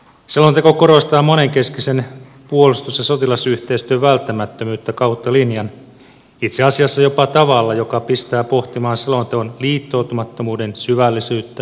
selonteko korostaa monenkeskisen puolustus ja sotilasyhteistyön välttämättömyyttä kautta linjan itse asiassa jopa tavalla joka pistää pohtimaan selonteon liittoutumattomuuden syvällisyyttä ja toimivuutta